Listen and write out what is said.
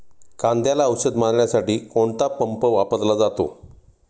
कांद्याला औषध मारण्यासाठी कोणता पंप वापरला जातो?